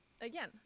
again